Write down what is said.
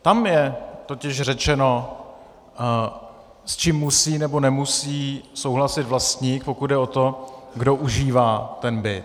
Tam je totiž řečeno, s čím musí nebo nemusí souhlasit vlastník, pokud jde o to, kdo užívá ten byt.